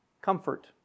comfort